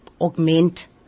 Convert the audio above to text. augment